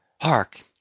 Hark